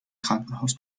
krankenhaus